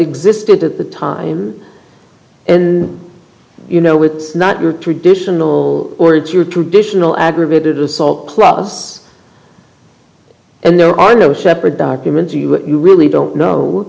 existed at the time and you know it's not your traditional or it's your traditional aggravated assault plus and there are no separate documents you really don't know